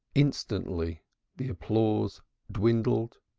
instantly the applause dwindled,